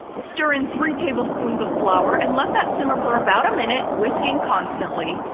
stir in three tablespoons of flour and let that simmer for about a minute whisking constantly.